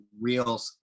real